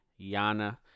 Yana